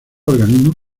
organismos